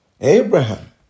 Abraham